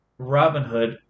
Robinhood